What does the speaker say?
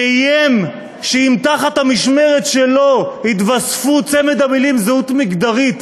שאיים שאם במשמרת שלו יתווספו צמד המילים "זהות מגדרית"